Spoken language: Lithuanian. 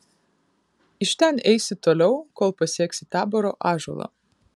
iš ten eisi toliau kol pasieksi taboro ąžuolą